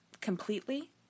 Completely